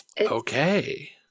Okay